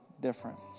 difference